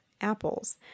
apples